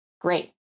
Great